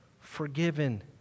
forgiven